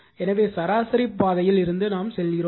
எனவே சராசரி பாதையில் இருந்து நாம் செல்கிறோம்